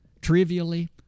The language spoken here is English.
trivially